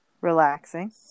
relaxing